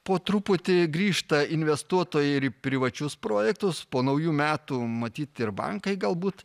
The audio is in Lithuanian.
po truputį grįžta investuotojai ir į privačius projektus po naujų metų matyt ir bankai galbūt